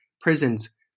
prisons